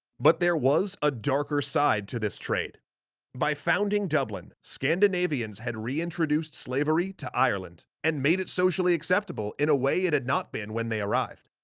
but there was a darker side to this trade by founding dublin, scandinavians had reintroduced slavery to ireland, and made it socially acceptable, in a way it had not then when they arrived.